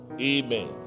Amen